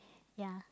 ya